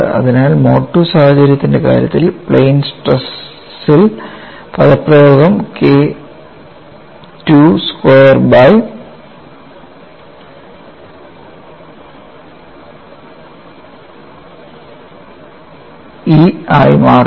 അതിനാൽ mode II സാഹചര്യത്തിന്റെ കാര്യത്തിൽ പ്ലെയിൻ സ്ട്രെസ് ൽ പദപ്രയോഗം KII square by by E ആയി മാറുന്നു